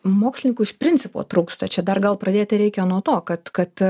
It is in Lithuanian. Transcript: mokslininkų iš principo trūksta čia dar gal pradėti reikia nuo to kad kad